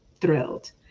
thrilled